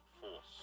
force